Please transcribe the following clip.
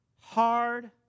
hard